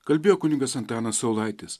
kalbėjo kunigas antanas saulaitis